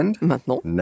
maintenant